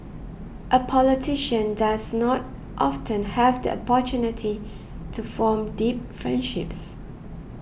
a politician does not often have the opportunity to form deep friendships